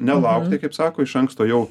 nelaukti kaip sako iš anksto jau